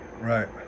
Right